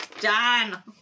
Done